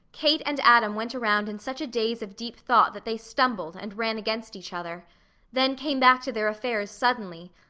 kate and adam went around in such a daze of deep thought that they stumbled, and ran against each other then came back to their affairs suddenly,